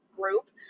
group